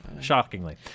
Shockingly